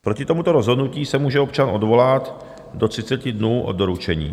Proti tomuto rozhodnutí se může občan odvolat do 30 dnů od doručení.